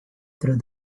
through